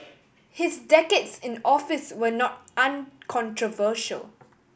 his decades in office were not uncontroversial